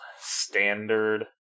standard